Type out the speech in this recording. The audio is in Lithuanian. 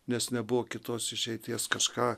nes nebuvo kitos išeities kažką